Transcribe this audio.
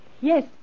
Yes